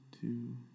two